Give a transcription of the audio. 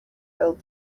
filled